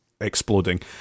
exploding